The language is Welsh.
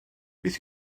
beth